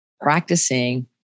Practicing